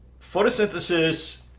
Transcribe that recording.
photosynthesis